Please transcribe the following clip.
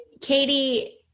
katie